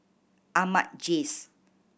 Ahmad Jais